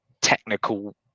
technical